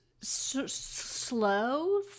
slow